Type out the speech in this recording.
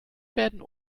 werden